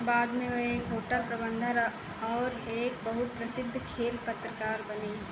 बाद में वे एक होटल प्रबंधक और एक बहुत प्रसिद्ध खेल पत्रकार बने